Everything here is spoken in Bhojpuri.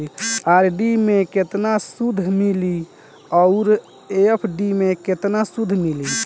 आर.डी मे केतना सूद मिली आउर एफ.डी मे केतना सूद मिली?